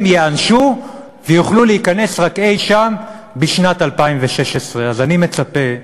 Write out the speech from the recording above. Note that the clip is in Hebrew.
הם ייענשו ויוכלו להיכנס רק אי-שם בשנת 2016. אז אני מצפה,